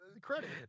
credit